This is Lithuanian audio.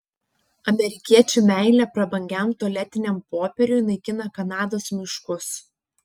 amerikiečių meilė prabangiam tualetiniam popieriui naikina kanados miškus